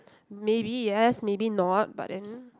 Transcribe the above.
maybe yes maybe not but then